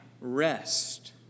Rest